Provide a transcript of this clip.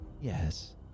Yes